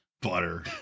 butter